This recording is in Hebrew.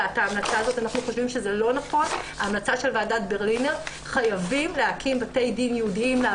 אנחנו מנסות ויש לנו הרבה ניסיון בקריאת הנתונים